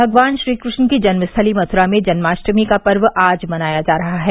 भगवान श्रीकृष्ण की जन्मस्थली म्थ्रा में जन्माष्टमी का पर्व आज मनाया जा रहा है